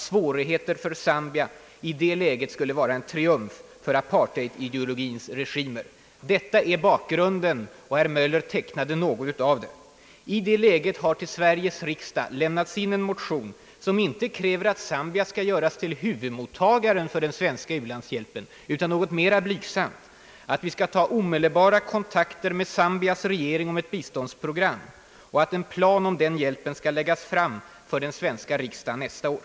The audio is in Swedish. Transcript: Svårigheter för Zambia i det läget skulle vara en triumf för apartheidideologins regimer. Herr Möller tecknade något av denna bakgrund. I den situationen har till Sveriges riksdag lämnats in en motion i vilken inte krävs att Zambia skall göras till »huvudmottagaren» av den svenska u-landshjälpen utan något mera blygsamt, nämligen att vi skall ta omedelbara kontakter med Zambias regering om ett biståndsprogram och att en plan för hjälpen skall läggas fram för den svenska riksdagen nästa år.